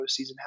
postseason